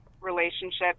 relationships